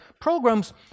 programs